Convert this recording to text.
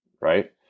right